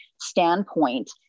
standpoint